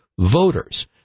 voters